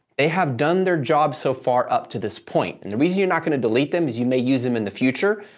they have done their jobs so far up to this point, and the reason you're not going to delete them is you may use them in the future.